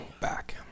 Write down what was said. back